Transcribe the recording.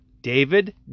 David